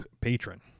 Patron